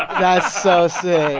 that's so sick